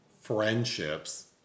friendships